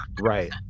Right